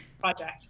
project